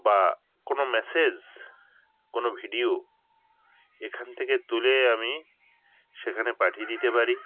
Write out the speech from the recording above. বা কোনো মেসেজ কোনো ভিডিও এখান থেকে তুলে আমি সেখানে পাঠিয়ে দিতে পারি